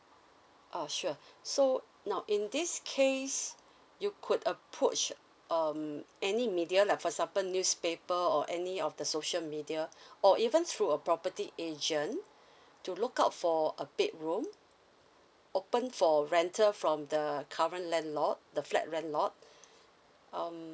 oh sure so now in this case you could approach um any media like for example newspaper or any of the social media or even through a property agent to look out for a bedroom open for rental from the current landlord the flat landlord um